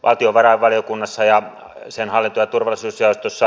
valtiovarainvaliokunnassa ja sen alettua turvaisi syötössä